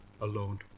alone